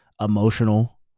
emotional